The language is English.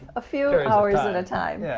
a few hours at a time, yeah